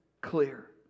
clear